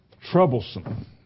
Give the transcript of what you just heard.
Troublesome